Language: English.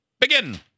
Begin